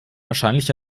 wahrscheinlich